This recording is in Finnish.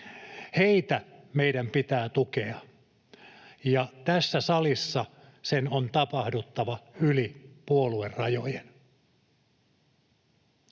Heitä meidän pitää tukea, ja tässä salissa sen on tapahduttava yli puoluerajojen.